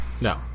No